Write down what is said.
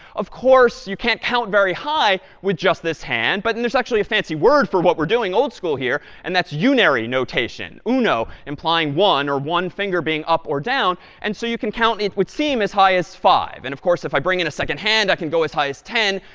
of course, you can't count very high with just this hand. but and there's actually a fancy word for what we're doing, old school here, and that's unary notation uno, implying one, or one finger being up or down. and so you can count, it would seem, as high as five. and of course, if i bring in a second hand, i can go as high as ten,